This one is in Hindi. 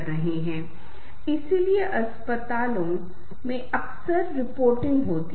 मान लीजिए कि हम एक फिल्म देख रहे हैं आप पाएंगे की ही एक्शन तेज़ होता है फिल्म की ड्रम बीट्स भी तेज़ हो जाती है